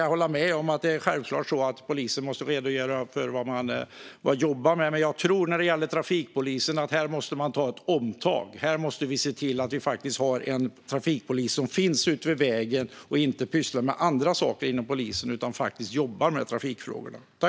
Jag håller med om att det är självklart att polisen måste redogöra för vad de jobbar med, men när det gäller trafikpolisen måste det ske ett omtag. Vi måste se till att vi faktiskt har en trafikpolis som finns ute vid vägen, som inte pysslar med andra saker inom polisen utan faktiskt jobbar med trafikfrågorna.